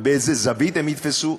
ובאיזו זווית הם יתפסו?